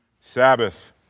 Sabbath